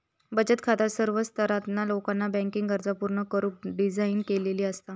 बचत खाता सर्व स्तरातला लोकाचा बँकिंग गरजा पूर्ण करुक डिझाइन केलेली असता